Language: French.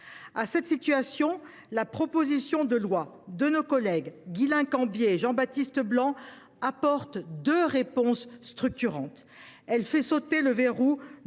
À cette situation, la proposition de loi de nos collègues Guislain Cambier et Jean Baptiste Blanc apporte deux réponses structurantes : elle fait sauter le verrou